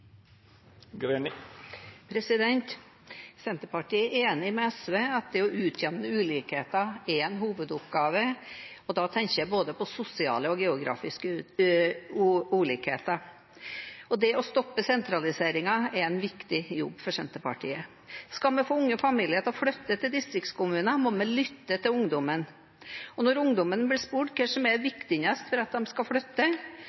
Senterpartiet er enig med SV i at det å utjevne ulikheter er en hovedoppgave. Da tenker jeg på både sosiale og geografiske ulikheter. Det å stoppe sentraliseringen er en viktig jobb for Senterpartiet. Skal vi få unge familier til å flytte til distriktskommunene, må vi lytte til ungdommen. Og når ungdommen blir spurt hva som er viktigst for at de skal flytte,